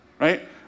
right